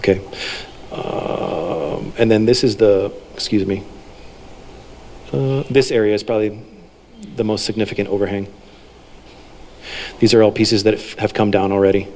ok and then this is the excuse me this area is probably the most significant overhang these are all pieces that have come down already